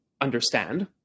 understand